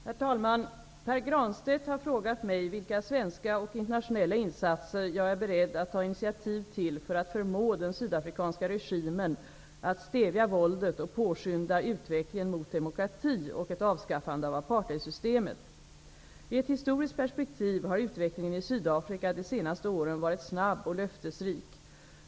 Herr talman! Pär Granstedt har frågat mig vilka svenska och internationella insatser jag är beredd att ta initiativ till för att förmå den sydafrikanska regimen att stävja våldet och påskynda utvecklingen mot demokrati och ett avskaffande av apartheidsystemet. I ett historiskt perspektiv har utvecklingen i Sydafrika de senaste åren varit snabb och löftesrik.